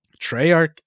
treyarch